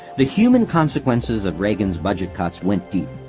the human consequences of reagan's budget cuts went deep.